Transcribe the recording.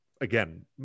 Again